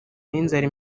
n’inzara